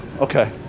Okay